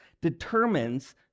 determines